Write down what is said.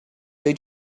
they